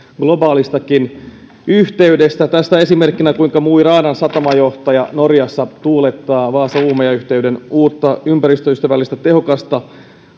globaalistakin yhteydestä tästä esimerkkinä on se kuinka mo i ranan satamajohtaja norjassa tuulettaa vaasa uumaja yhteyden uutta ympäristöystävällistä tehokasta